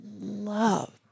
love